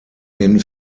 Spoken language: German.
den